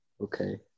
Okay